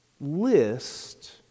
list